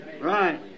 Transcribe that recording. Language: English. right